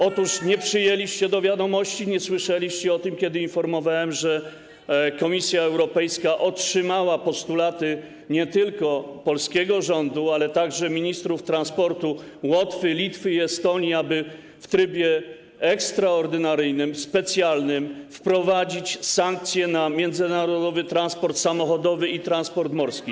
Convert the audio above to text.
Otóż nie przyjęliście do wiadomości, nie słyszeliście, że informowałem, iż Komisja Europejska otrzymała postulaty nie tylko polskiego rządu, ale także ministrów transportu Łotwy, Litwy i Estonii, aby w trybie ekstraordynaryjnym, specjalnym, wprowadzić sankcje w zakresie międzynarodowego transportu samochodowego i transportu morskiego.